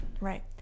Right